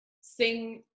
sing